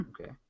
Okay